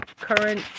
current